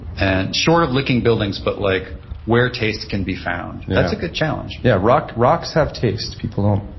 and short of licking buildings. but like where tastes can be found. that's a good challenge yeah. rocks rocks have taste. people don't,